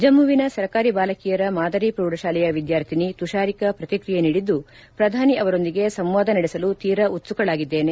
ಜಮ್ಮವಿನ ಸರಕಾರಿ ಬಾಲಕಿಯರ ಮಾದರಿ ಪ್ರೌಢಶಾಲೆಯ ವಿದ್ಯಾರ್ಥಿನಿ ತುಷಾರಿಕಾ ಪ್ರತಿಕ್ರಿಯೆ ನೀಡಿದ್ದು ಪ್ರಧಾನಿ ಅವರೊಂದಿಗೆ ಸಂವಾದ ನಡೆಸಲು ತೀರಾ ಉತ್ಸುಕಳಾಗಿದ್ದೇನೆ